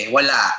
Wala